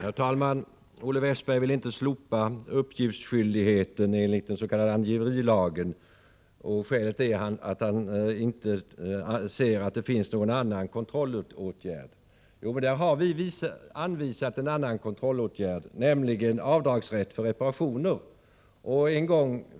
Herr talman! Olle Westberg vill inte slopa uppgiftsskyldigheten enligt den s.k. angiverilagen. Skälet är, säger han, att det inte finns någon annan kontrollåtgärd. Men vi har redovisat just en annan kontrollåtgärd, nämligen avdragsrätt för reparationer.